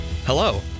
Hello